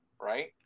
right